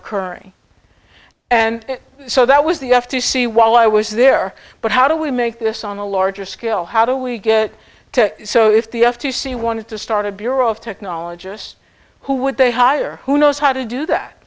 occurring and so that was the f t c while i was there but how do we make this on a larger scale how do we get to so if the f t c wanted to start a bureau of technologists who would they hire who knows how to do that